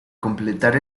completar